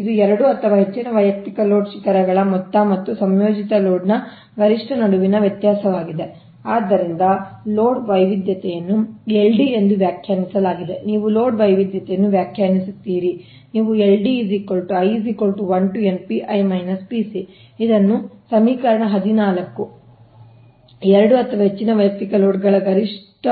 ಇದು 2 ಅಥವಾ ಹೆಚ್ಚಿನ ವೈಯಕ್ತಿಕ ಲೋಡ್ಗಳ ಶಿಖರಗಳ ಮೊತ್ತ ಮತ್ತು ಸಂಯೋಜಿತ ಲೋಡ್ನ ಗರಿಷ್ಠ ನಡುವಿನ ವ್ಯತ್ಯಾಸವಾಗಿದೆ ಆದ್ದರಿಂದ ಲೋಡ್ ವೈವಿಧ್ಯತೆಯನ್ನು LD ಎಂದು ವ್ಯಾಖ್ಯಾನಿಸಲಾಗಿದೆ ನೀವು ಲೋಡ್ ವೈವಿಧ್ಯತೆಯನ್ನು ವ್ಯಾಖ್ಯಾನಿಸುತ್ತೀರಿ ನೀವು ಇದನ್ನು ಈ ಸಮೀಕರಣ 14 ಆಗಿದೆ 2 ಅಥವಾ ಹೆಚ್ಚಿನ ವೈಯಕ್ತಿಕ ಲೋಡ್ ಗಳ ಗರಿಷ್ಠ